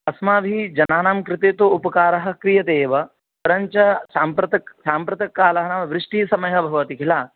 अस्माभिः जनानां कृते तु उपकारः क्रियते एव परञ्च साम्प्रतक् साम्प्रतक् कालानां वृष्टि समयः भवति किल